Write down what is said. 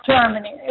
Germany